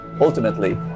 ultimately